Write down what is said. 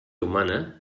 humana